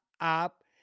up